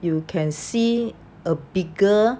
you can see a bigger